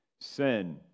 sin